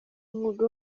mwuga